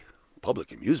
public amusement?